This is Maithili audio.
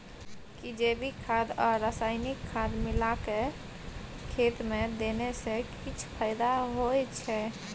कि जैविक खाद आ रसायनिक खाद मिलाके खेत मे देने से किछ फायदा होय छै?